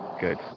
Good